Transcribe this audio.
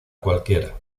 cualquiera